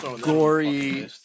Gory